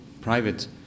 private